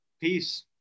Peace